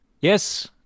Yes